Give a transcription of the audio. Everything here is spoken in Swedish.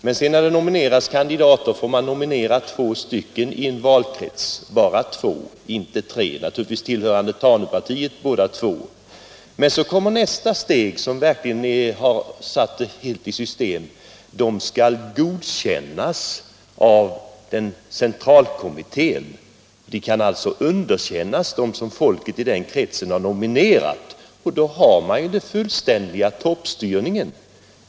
Vid kandidatnominering får vidare bara två kandidater utses i en valkrets — inte tre — naturligtvis båda tillhörande TANU-partiet. Nästa steg, som innebär att man verkligen satt toppstyrningen i system, är att kandidaterna skall godkännas av centralkommittén. De som folket i kretsen har nominerat kan alltså underkännas.